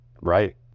Right